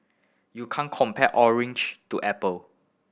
you can't compare orange to apple